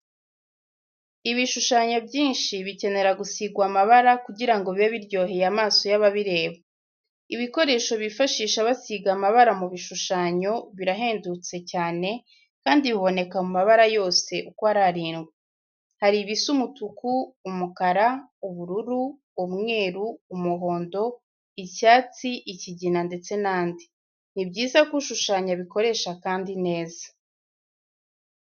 Ibishushanyo byinshi bikenera gusigwa amabara kugira ngo bibe biryoheye amaso y'ababireba. Ibikoresho bifashisha basiga amabara mu bishushanyo birahendutse cyane kandi biboneka mu mabara yose uko ari arindwi. Hari ibisa umutuku, umukara, ubururu, umweru, umuhondo, icyatsi, ikigina ndetse n'andi. Ni byiza ko ushushanya abikoresha kandi neza.